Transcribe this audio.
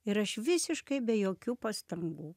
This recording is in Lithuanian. ir aš visiškai be jokių pastangų